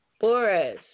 Boris